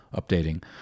updating